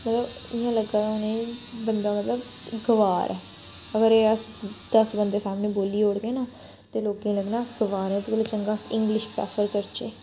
मतलब इ'यां लग्गै दा उनें गी बंदा मतलब गवार ऐ अगर एह् अस दस बंदें सामने बोली ओड़गे ना ते लोकें गी लग्गना अस गवार ऐं एह्दे कोला चंगा अस इंग्लिश प्रैफर करचै